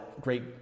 great